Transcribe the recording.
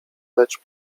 lecz